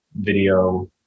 video